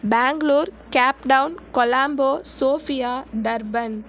Bengaluru Cape Town Colombo Sofia Durban